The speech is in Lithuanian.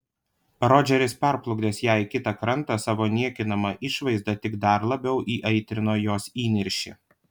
rodžeris perplukdęs ją į kitą krantą savo niekinama išvaizda tik dar labiau įaitrino jos įniršį